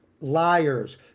liars